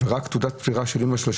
רק תעודת פטירה של אמא שלו,